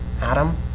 Adam